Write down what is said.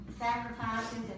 Sacrifices